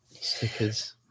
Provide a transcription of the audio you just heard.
Stickers